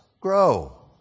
grow